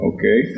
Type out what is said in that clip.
Okay